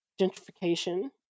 gentrification